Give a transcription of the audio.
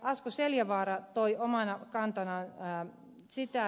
asko seljavaara toi omana kantanaan hän sitä